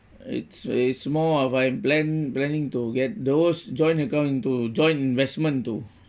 it's it's more of like plan planning to get those joint account into joint investment though